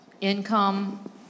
income